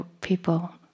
people